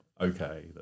okay